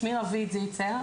שמי רוית זיצר,